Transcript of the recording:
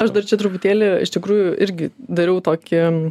aš dar čia truputėlį iš tikrųjų irgi dariau tokį